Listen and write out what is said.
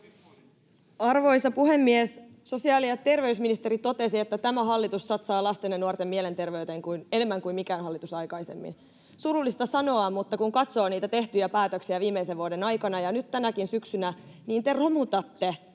Arvoisa puhemies! Sosiaali- ja terveysministeri totesi, että tämä hallitus satsaa lasten ja nuorten mielenterveyteen enemmän kuin mikään hallitus aikaisemmin. Surullista sanoa, mutta kun katsoo niitä tehtyjä päätöksiä viimeisen vuoden aikana ja nyt tänäkin syksynä, niin te romutatte